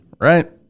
right